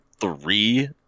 three